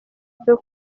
cyo